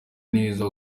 neza